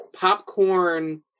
popcorn